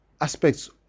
aspects